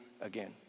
again